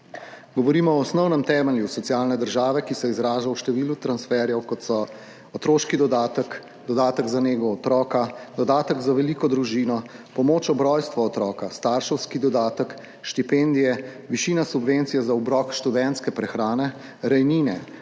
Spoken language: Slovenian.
Govorimo o osnovnem temelju socialne države, ki se izraža v številu transferjev, kot so otroški dodatek, dodatek za nego otroka, dodatek za veliko družino, pomoč ob rojstvu otroka, starševski dodatek, štipendije, višina subvencije za obrok študentske prehrane, rejnine,